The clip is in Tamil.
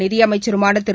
நிதியமைச்சருமானதிரு